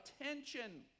attention